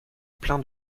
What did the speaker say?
plein